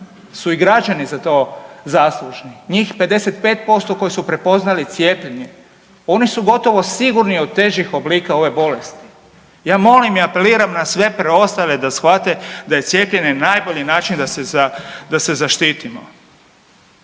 su i građani za to zaslužni. Njih 55% koji su prepoznali cijepljenje, oni su gotovo sigurni od težih oblika ove bolesti. Ja molim i apeliram na sve preostale da shvate da je cijepljenje najbolji način da se zaštitimo.